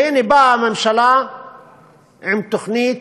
והנה, באה הממשלה עם תוכנית,